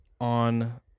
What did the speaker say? on